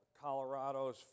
Colorado's